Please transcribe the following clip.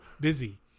busy